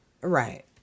Right